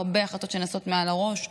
הרבה החלטות שנעשות מעל הראש.